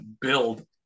build